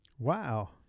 Wow